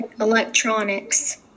electronics